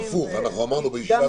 הפוך, אנחנו אמרנו בישיבה